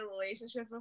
relationship